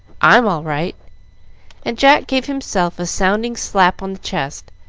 i'm all right and jack gave himself a sounding slap on the chest,